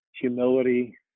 humility